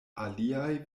aliaj